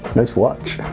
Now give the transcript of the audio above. nice watch.